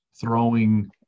throwing